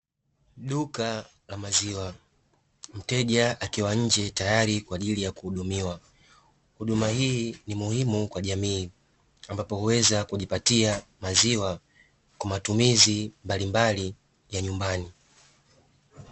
Duka la maziwa mteja akiwa nje tayari kwa ajili ya kuhudumiwa. Huduma hii ni muhimu kwa jamii ambapo huweza kujipatia maziwa kwa matumizi mbalimbali ya nyumbani.